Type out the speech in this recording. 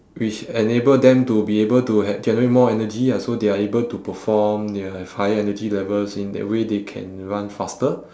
which enable them to be able to had generate more energy ah so they are able to perform they'll have higher energy levels in that way they can run faster